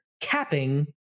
capping